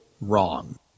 wrong